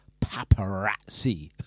Paparazzi